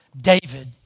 David